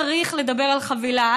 צריך לדבר על חבילה.